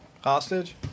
hostage